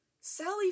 Sally